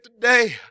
today